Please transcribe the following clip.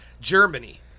Germany